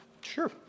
sure